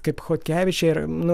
kaip chodkevičiai ir nu